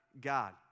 God